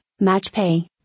MatchPay